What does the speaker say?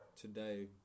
today